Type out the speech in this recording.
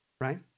right